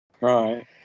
Right